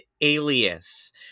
Alias